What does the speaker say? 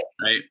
right